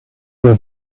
you